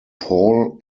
paul